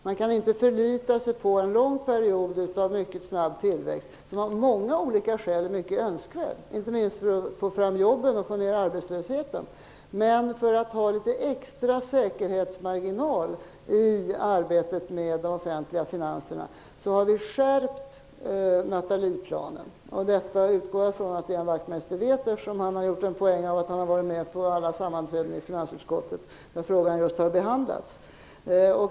Man kan inte förlita sig på en lång period av mycket snabb tillväxt, som av många olika skäl är mycket önskvärt, inte minst för att få fram jobben och få ner arbetslösheten. Men för att ha litet extra säkerhetsmarginal i arbetet med de offentliga finanserna har vi skärpt Nathalieplanen. Detta utgår jag från att Ian Wachtmeister vet, eftersom han har gjort en poäng av att han har varit med vid alla sammanträden i finansutskottet, där frågan har behandlats.